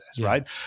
right